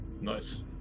nice